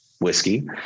whiskey